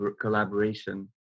collaboration